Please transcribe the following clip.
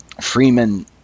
Freeman